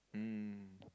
mm